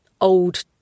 old